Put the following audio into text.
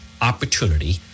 opportunity